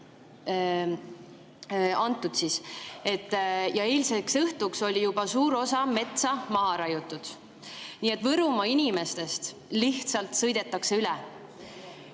antud. Ja eilseks õhtuks oli juba suur osa metsa maha raiutud. Nii et Võrumaa inimestest lihtsalt sõidetakse üle.